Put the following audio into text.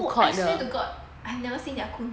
no I swear to god I've never see ya kun